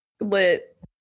Lit